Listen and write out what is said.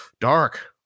dark